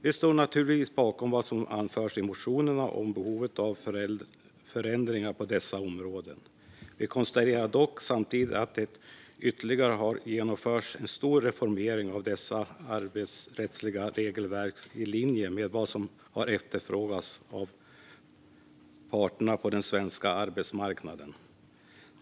Vi står naturligtvis bakom vad som anförs i motionerna om behovet av förändringar på dessa områden. Vi konstaterar dock samtidigt att det nyligen har genomförts en stor reformering av det arbetsrättsliga regelverket i linje med vad som har efterfrågats av parterna på den svenska arbetsmarknaden.